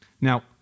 Now